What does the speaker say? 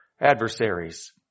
adversaries